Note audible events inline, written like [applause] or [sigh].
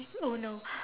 oh no [breath]